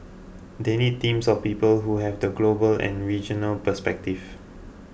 they need teams of people who have the global and regional perspective